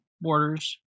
borders